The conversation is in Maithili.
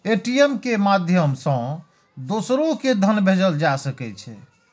ए.टी.एम के माध्यम सं दोसरो कें धन भेजल जा सकै छै